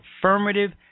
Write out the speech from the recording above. affirmative